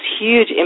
huge